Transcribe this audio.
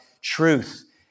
truth